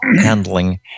handling